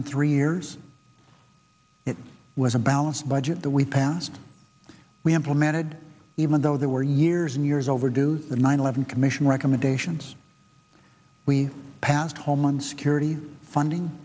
in three years it was a balanced budget that we passed we implemented even though there were years and years overdue the nine eleven commission recommendations we passed homeland security funding